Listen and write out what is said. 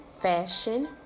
fashion